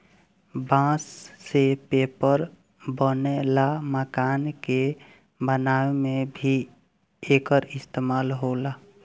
बांस से पेपर बनेला, मकान के बनावे में भी एकर इस्तेमाल होला